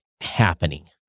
happening